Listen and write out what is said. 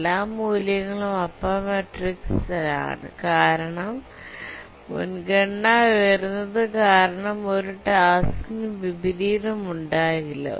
എല്ലാ മൂല്യങ്ങളും upper matrix ലാണ് കാരണം മുൻഗണനാ ഉയർന്നത് കാരണം ഒരു ടാസ്കിന് വിപരീതമുണ്ടാകില്ല